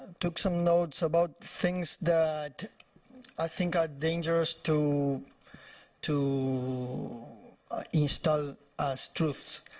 took some notes about things that i think are dangerous to to install as truths.